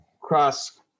cross